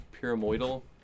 pyramidal